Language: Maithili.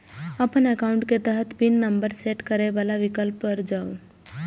अपन एकाउंट के तहत पिन नंबर सेट करै बला विकल्प पर जाउ